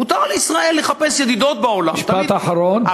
מותר לישראל לחפש ידידות בעולם, משפט אחרון.